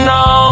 no